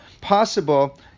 possible